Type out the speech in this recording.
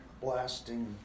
blasting